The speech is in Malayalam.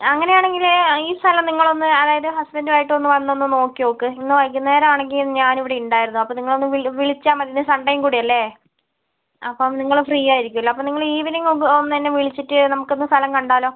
അങ്ങനെയാണെങ്കിൽ ഈ സ്ഥലം നിങ്ങളൊന്ന് അതായത് ഹസ്ബൻഡും ആയിട്ടൊന്നു വന്നൊന്ന് നോക്കിനോക്ക് ഇന്ന് വൈകുന്നേരമാണെങ്കിൽ ഞാനിവിടെ ഉണ്ടായിരുന്നു അപ്പോൾ നിങ്ങളൊന്ന് വിളി വിളിച്ചാൽ മതി ഇന്ന് സൺഡെം കൂടിയല്ലേ അപ്പം നിങ്ങൾ ഫ്രീ ആയിരിക്കൂലോ അപ്പം നിങ്ങൾ ഈവനിംഗ് ഒന്നെന്നെ വിളിച്ചിട്ട് നമുക്കൊന്ന് സ്ഥലം കണ്ടാലോ